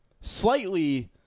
slightly